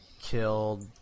killed